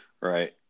Right